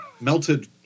Melted